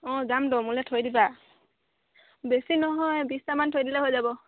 অঁ যাম দেই মোলৈ থৈ দিবা বেছি নহয় বিছটামান থৈ দিলে হৈ যাব